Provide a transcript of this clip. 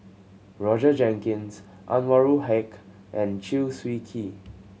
Roger Jenkins Anwarul Haque and Chew Swee Kee